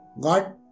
God